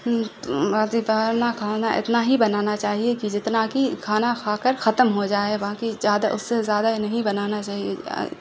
دوپہر میں کھانا اتنا ہی بنانا چاہیے کہ جتنا کہ کھانا کھا کر ختم ہو جائے وہاں کی زیادہ اس سے زیادہ نہیں بنانا چاہیے